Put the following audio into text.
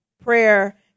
Prayer